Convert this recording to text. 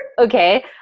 okay